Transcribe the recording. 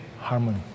harmony